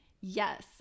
Yes